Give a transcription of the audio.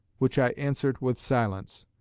which i answered with silence,